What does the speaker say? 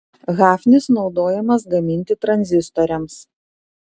hafnis naudojamas gaminti tranzistoriams